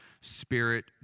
Spirit